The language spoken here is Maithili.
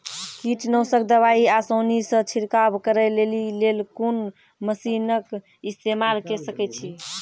कीटनासक दवाई आसानीसॅ छिड़काव करै लेली लेल कून मसीनऽक इस्तेमाल के सकै छी?